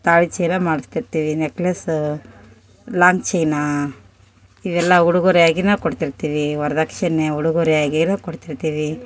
ತಾಳಿ ಚೈನ ಮಾಡಿಸ್ತಿರ್ತೀವಿ necklace long ಚೈನಾ ಇವೆಲ್ಲ ಉಡುಗೊರೆ ಆಗಿನು ಕೊಡ್ತಿರ್ತೀವಿ ವರದಕ್ಷಿಣೆ ಉಡುಗೊರೆಯಾಗಿ ಕೊಡ್ತಿರ್ತೀವಿ